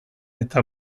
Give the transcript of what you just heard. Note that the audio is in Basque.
eta